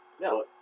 No